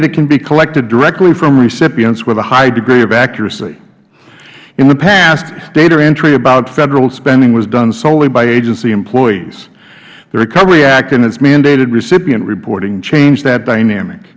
a can be collected directly from recipients with a high degree of accuracy in the past data entry about federal spending was done solely by agency employees the recovery act in its mandated recipient reporting changed that dynamic